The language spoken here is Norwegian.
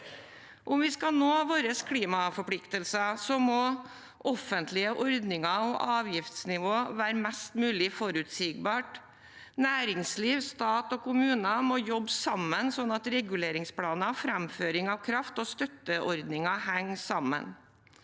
Om vi skal nå våre klimaforpliktelser, må offentlige ordninger og avgiftsnivået være mest mulig forutsigbart. Næringsliv, stat og kommuner må jobbe sammen, sånn at reguleringsplaner, framføring av kraft og støtteordninger henger sammen.